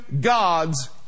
God's